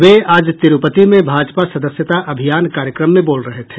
वे आज तिरूपति में भाजपा सदस्यता अभियान कार्यक्रम में बोल रहे थे